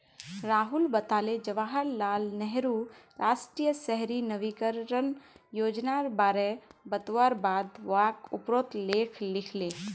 राहुल बताले जवाहर लाल नेहरूर राष्ट्रीय शहरी नवीकरण योजनार बारे बतवार बाद वाक उपरोत लेख लिखले